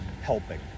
helping